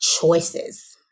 choices